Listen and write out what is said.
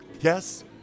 Yes